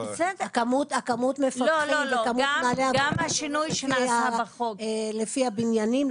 הכמות מפקחים וכמות מנהלי העבודה זה הולך לפי הבניינים,